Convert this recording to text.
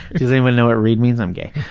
does anyone know what read means? i'm gay.